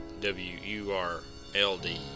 W-U-R-L-D